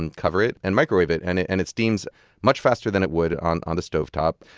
and cover it and microwave it. and it and it steams much faster than it would on on the stovetop.